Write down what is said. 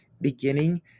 beginning